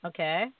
Okay